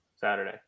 Saturday